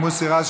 של מוסי רז,